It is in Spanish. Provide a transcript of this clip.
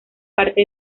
parte